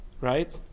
right